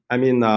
i mean,